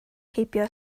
heibio